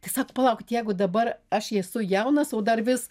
tai sako palaukit jeigu dabar aš ėsu jaunas o dar vis